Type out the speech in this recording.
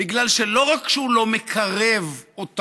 בגלל שלא רק שהוא לא מקרב אותנו